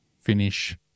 finish